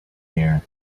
here